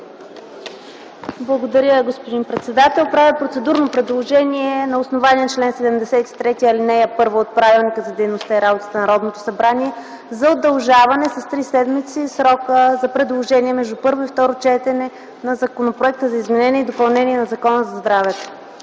Благодаря, господин председател. Правя процедурно предложение на основание чл. 73, ал. 1 от Правилника за организацията и дейността на Народното събрание за удължаване с три седмици на срока за предложения между първо и второ четене на Законопроекта за изменение и допълнение на Закона за здравето.